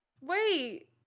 Wait